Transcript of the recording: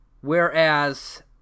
Whereas